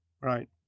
right